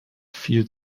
viel